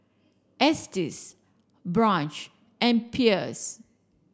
Estes Branch and Pierce